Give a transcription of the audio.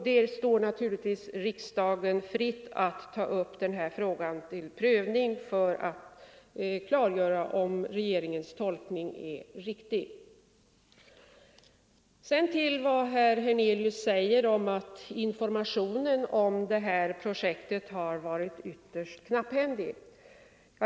Det står naturligtvis riksdagen fritt att ta upp denna fråga 14 november 1974 till prövning för att klargöra om regeringens tolkning är riktig. ANN Herr Hernelius säger att informationen om det här projektet har varit — Ang. det svenska ytterst knapphändig.